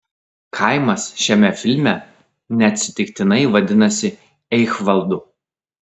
kaimas šiame filme neatsitiktinai vadinasi eichvaldu